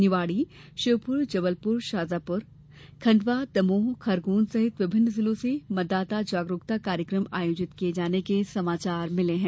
निवाड़ी श्योपुर जबलपुर खंडवा दमोह खरगोन सहित विभिन्न जिलों से मतदाता जागरूकता कार्यक्रम आयोजित किये जाने के समाचार मिलें हैं